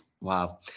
Wow